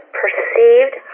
perceived